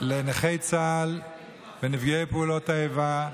לנכי צה"ל ונפגעי פעולות האיבה.